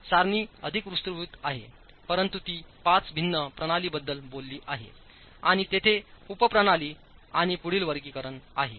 सारणी अधिक विस्तृत आहे परंतु ती 5 भिन्न प्रणालींबद्दल बोलली आहे आणि तेथे उपप्रणाली आणि पुढील वर्गीकरण आहेत